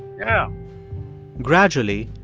yeah gradually,